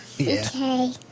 Okay